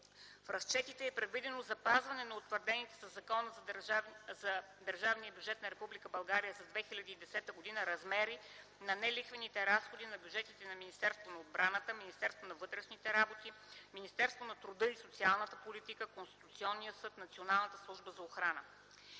В разчетите е предвидено запазване на утвърдените със Закона за държавния бюджет на Република България за 2010 г. размери на нелихвените разходи по бюджетите на Министерството на отбраната, Министерството на вътрешните работи, Министерството на труда и социалната политика, Конституционния съд и Националната служба за охрана.